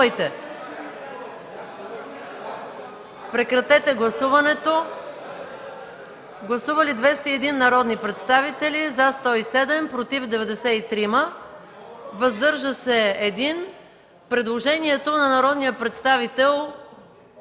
Мерджанов. Гласували 201 народни представители: за 107, против 93, въздържал се 1. Предложението на народния представител